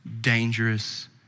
dangerous